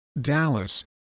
Dallas